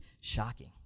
shocking